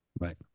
Right